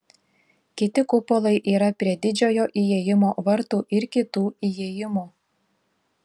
kiti kupolai yra prie didžiojo įėjimo vartų ir kitų įėjimų